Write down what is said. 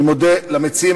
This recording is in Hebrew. אני מודה למציעים.